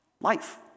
life